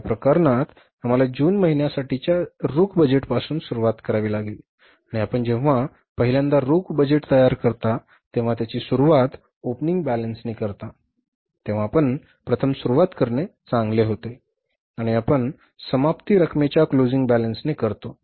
आता या प्रकरणात आम्हाला जून महिन्यासाठीच्या रोख बजेटपासून सुरुवात करावी लागेल आणि आपण जेव्हा पहिल्यांदा रोख बजेट तयार करता तेव्हा त्याची सुरवात ओपनिंग बॅलन्सने करता तेव्हा आपण प्रथम सुरवात करणे चांगले होते आणि आपण समाप्ती रकमेच्या क्लोजिंग बॅलन्सने करतो